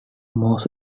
most